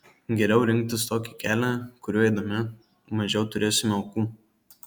geriau rinktis tokį kelią kuriuo eidami mažiau turėsime aukų